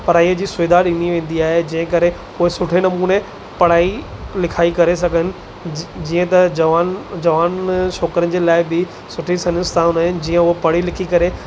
पढ़ाईअ जी सुविधा ॾिनी वेंदी आहे जंहिंकरे उहे सुठे नमूने पढ़ाई लिखाई करे सघनि जी जीअं त जवान जवान छोकिरनि जे लाइ बि सुठी संस्थाऊं आहिनि जीअं हू पढ़ी लिखी करे